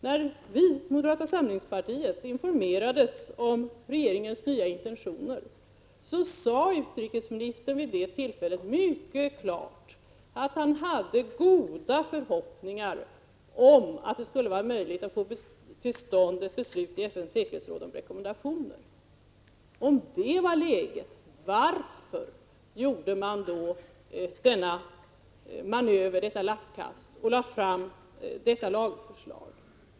När moderata samlingspartiet informerades om regeringens nya intentioner sade utrikesministern mycket klart att han hade goda förhoppningar om att det skulle vara möjligt att få till stånd ett beslut i FN:s säkerhetsråd om rekommendationer. Om läget var detta, varför gjorde regeringen då denna manöver, detta lappkast, och lade fram detta lagförslag?